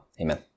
Amen